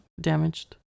damaged